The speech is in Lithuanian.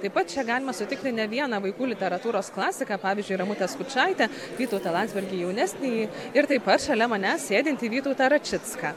taip pat čia galima sutikti ne vieną vaikų literatūros klasiką pavyzdžiui ramutę skučaitę vytautą landsbergį jaunesnįjį ir taip pat šalia manęs sėdintį vytautą račicką